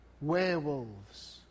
Werewolves